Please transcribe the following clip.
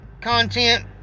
content